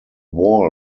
wall